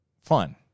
fun